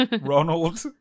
Ronald